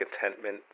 contentment